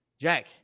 Jack